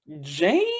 Jane